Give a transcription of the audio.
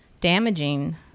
damaging